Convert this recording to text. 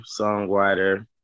songwriter